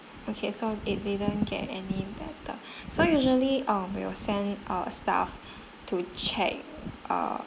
okay so it didn't get any better so usually um we will send uh staff to check uh